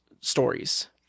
stories